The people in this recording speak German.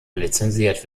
lizenziert